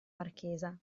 marchesa